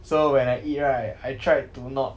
so when I eat right I tried to not